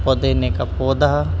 پودینے کا پودا